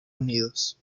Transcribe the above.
unidos